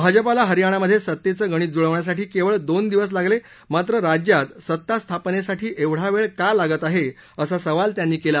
भाजपाला हरियाणामधे सत्तेचं गणित जुळवण्यासाठी केवळ दोन दिवस लागले मात्र राज्यात सत्ता स्थापनेसाठी ऐवढा वेळ का लागत आहे असा सवाल त्यांनी केला